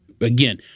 again